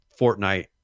Fortnite